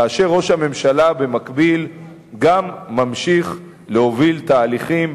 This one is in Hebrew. כאשר במקביל ראש הממשלה ממשיך להוביל גם תהליכים,